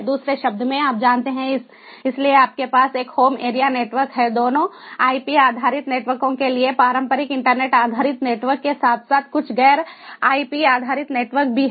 दूसरे शब्दों में आप जानते हैं इसलिए आपके पास एक होम एरिया नेटवर्क है दोनों आईपी आधारित नेटवर्कों के लिए पारंपरिक इंटरनेट आधारित नेटवर्क के साथ साथ कुछ गैर आईपी आधारित नेटवर्क भी हैं